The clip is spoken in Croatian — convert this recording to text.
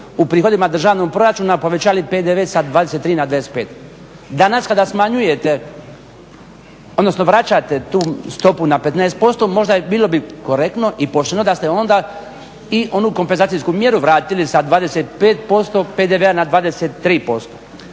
u prihodima državnog proračuna povećali PDV sa 23 na 25. Danas kada smanjujete, odnosno vraćate tu stopu na 15% možda bilo bi korektno i pošteno da ste onda i onu kompenzacijsku mjeru vratili sa 25% PDV-a na 23%.